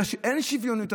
אין שוויוניות,